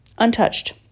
Untouched